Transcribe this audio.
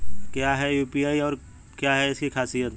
क्या है यू.पी.आई और क्या है इसकी खासियत?